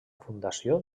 fundació